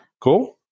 cool